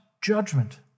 judgment